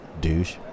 douche